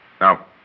Now